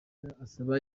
arasaba